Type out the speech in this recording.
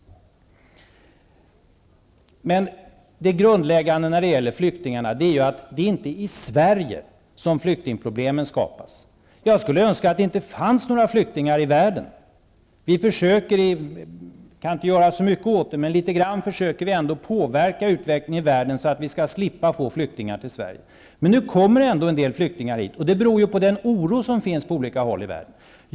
Det grundläggande när det gäller flyktingarna är att det inte är i Sverige som flyktingproblemen skapas. Jag skulle önska att det inte fanns några flyktingar i världen. Vi försöker -- vi kan inte göra så mycket åt det -- ändå påverka utvecklingen i världen så att vi kan slippa att få flyktingar till Sverige. Men nu kommer en del flyktingar hit. Det beror på den oro som råder på olika håll i världen.